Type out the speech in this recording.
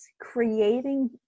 creating